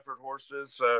horses